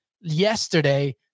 yesterday